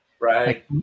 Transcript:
Right